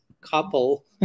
couple